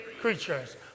creatures